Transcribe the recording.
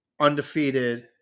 undefeated